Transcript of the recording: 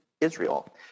Israel